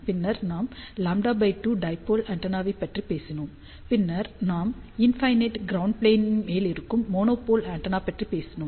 பின்னர் நாம் λ2 டைபோல் ஆண்டெனாவைப் பற்றி பேசினோம் பின்னர் நாம் இன்ஃபினிட் க்ரௌண்ட் ப்ளேன் மேல் இருக்கும் மோனோபோல் ஆண்டெனாவைப் பற்றி பேசினோம்